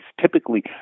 typically